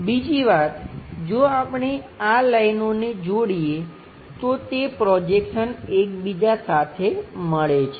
બીજી વાત જો આપણે આ લાઈનોને જોડીએ તો તે પ્રોજેક્શન એકબીજા સાથે મળે છે